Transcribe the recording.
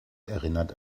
erinnert